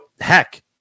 heck